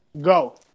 go